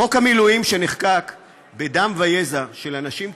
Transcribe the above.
חוק המילואים, שנחקק בדם ויזע של אנשים טובים,